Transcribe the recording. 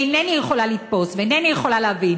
אינני יכולה לתפוס ואינני יכולה להבין